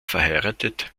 verheiratet